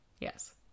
Yes